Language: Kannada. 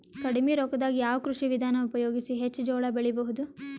ಕಡಿಮಿ ರೊಕ್ಕದಾಗ ಯಾವ ಕೃಷಿ ವಿಧಾನ ಉಪಯೋಗಿಸಿ ಹೆಚ್ಚ ಜೋಳ ಬೆಳಿ ಬಹುದ?